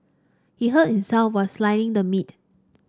he hurt himself while slicing the meat